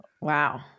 Wow